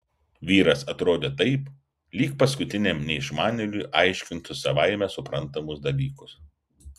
vyras atrodė taip lyg paskutiniam neišmanėliui aiškintų savaime suprantamus dalykus